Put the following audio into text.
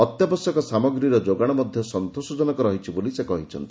ଅତ୍ୟବଶ୍ୟକ ସାମଗ୍ରୀର ଯୋଗାଶ ମଧ୍ଧ ସନ୍ତୋଷଜନକ ରହିଛି ବୋଲି ସେ କହିଛନ୍ତି